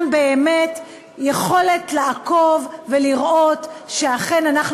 גם באמת יכולת לעקוב ולראות שאכן אנחנו